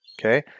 okay